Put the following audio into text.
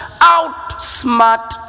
outsmart